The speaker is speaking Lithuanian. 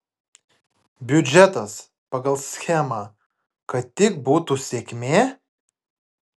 biudžetas pagal schemą kad tik būtų sėkmė